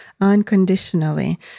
unconditionally